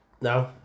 No